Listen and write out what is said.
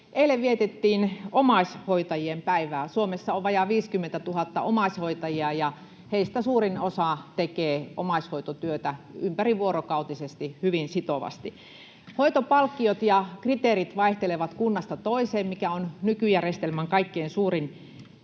Eilen vietettiin omaishoitajien päivää. Suomessa on vajaa 50 000 omaishoitajaa, ja heistä suurin osa tekee omaishoitotyötä ympärivuorokautisesti, hyvin sitovasti. Hoitopalkkiot ja kriteerit vaihtelevat kunnasta toiseen, mikä on nykyjärjestelmän kaikkein suurin